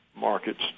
markets